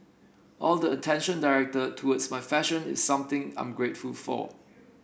all the attention directed towards my fashion is something I'm grateful for